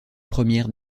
première